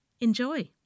Enjoy